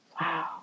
Wow